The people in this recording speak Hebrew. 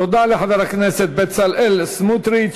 תודה לחבר הכנסת בצלאל סמוטריץ.